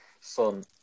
Son